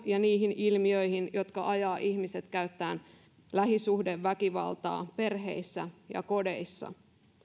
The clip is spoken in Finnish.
ja niihin ilmiöihin jotka ajavat ihmiset käyttämään lähisuhdeväkivaltaa perheissä ja kodeissa